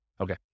Okay